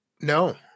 no